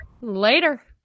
Later